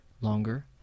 longer